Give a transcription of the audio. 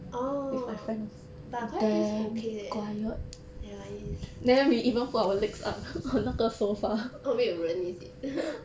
orh but a quiet place okay leh ya it is orh 没有人 is it